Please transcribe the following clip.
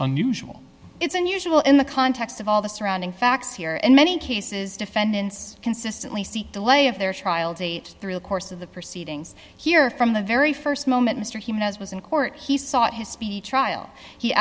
unusual it's unusual in the context of all the surrounding facts here in many cases defendants consistently seek delay of their trial date through the course of the proceedings here from the very st moment mr humanize was in court he sought his speedy trial he